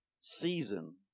Season